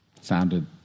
Sounded